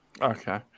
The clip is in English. Okay